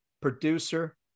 producer